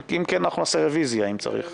כי אם כן, אנחנו נעשה רוויזיה אם צריך.